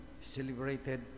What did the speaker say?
celebrated